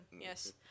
Yes